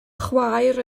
chwaer